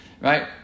right